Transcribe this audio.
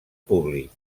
públic